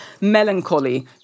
melancholy